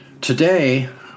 Today